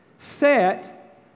Set